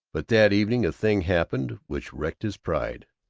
but that evening a thing happened which wrecked his pride.